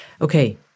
Okay